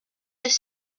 des